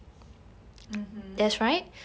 mmhmm